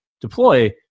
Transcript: deploy